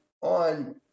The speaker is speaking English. on